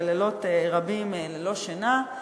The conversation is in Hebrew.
בלילות רבים ללא שינה.